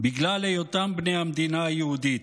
בגלל היותם בני המדינה היהודית.